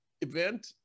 event